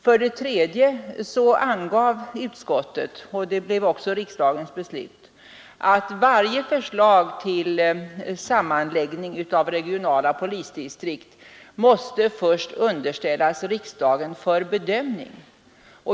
För det tredje angav utskottet — och det blev också riksdagens beslut — att varje förslag till sammanläggning av regionala polisdistrikt först måste underställas riksdagen för bedömning.